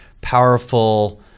powerful